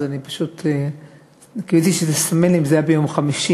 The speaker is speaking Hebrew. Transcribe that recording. אז אני פשוט קיוויתי שהיא תסמן לי אם זה היה ביום חמישי.